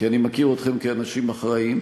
כי אני מכיר אתכם כאנשים אחראיים.